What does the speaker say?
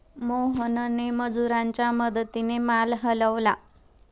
मोहनने मजुरांच्या मदतीने माल हलवला